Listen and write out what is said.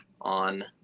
on